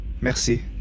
Merci